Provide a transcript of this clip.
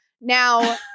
Now